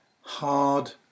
hard